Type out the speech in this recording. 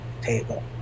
table